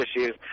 issues